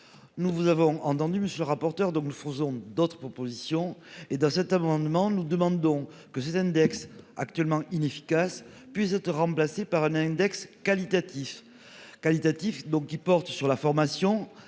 Nous vous avons entendu monsieur le rapporteur. Donc nous faisons d'autres propositions et dans cet amendement, nous demandons que ces index actuellement inefficace puisse être remplacé par un index qualitatif qualitatif donc qui porte sur la formation,